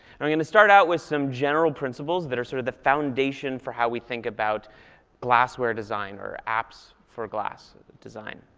i'm going to start out with some general principles that are sort of the foundation for how we think about glassware design or apps for glass design.